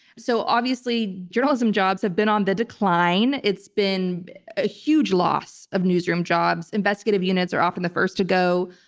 so obviously journalism jobs have been on the decline. it's been a huge loss of newsroom jobs. investigative units are often the first to go.